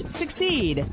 succeed